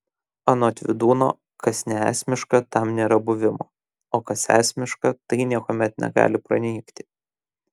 anot vydūno kas neesmiška tam nėra buvimo o kas esmiška tai niekuomet negali pranykti